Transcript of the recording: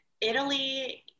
Italy